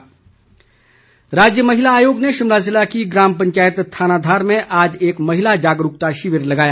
शिविर राज्य महिला आयोग ने शिमला जिले की ग्राम पंचायत थाना धार में आज एक महिला जागरूकता शिविर लगाया